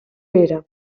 era